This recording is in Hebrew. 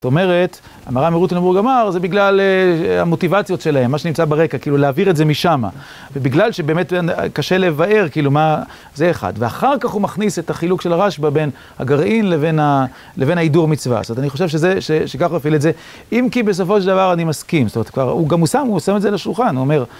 זאת אומרת, המהר"ם מרוטנבורג אמר זה בגלל המוטיבציות שלהם, מה שנמצא ברקע, כאילו להעביר את זה משמה. ובגלל שבאמת קשה לבאר, כאילו, מה... זה אחד. ואחר כך הוא מכניס את החילוק של הרשב"א בין הגרעין לבין ההידור מצווה. זאת אומרת, אני חושב שזה, שככה מבין את זה, אם כי בסופו של דבר אני מסכים. זאת אומרת, גם הוא שם את זה על השולחן, הוא אומר...